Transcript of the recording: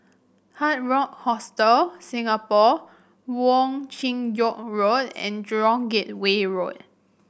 Hard Rock Hostel Singapore Wong Chin Yoke Road and Jurong Gateway Road